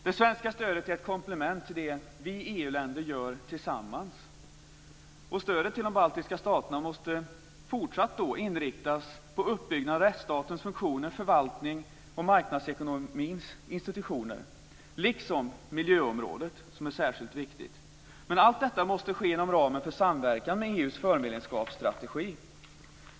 Det svenska stödet är ett komplement till det vi EU-länder gör tillsammans. Stödet till de baltiska staterna måste fortsatt inriktas på uppbyggnad av rättsstatens funktioner, förvaltning och marknadsekonomins institutioner liksom miljöområdet, som är särskilt viktigt. Allt detta måste ske inom ramen för samverkan med EU:s förmedlemskapsstrategi.